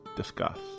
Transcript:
discuss